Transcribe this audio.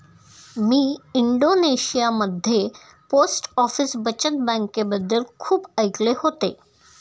मी इंडोनेशियामध्ये post office बचत बँकेबद्दल खूप ऐकले होते